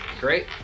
Great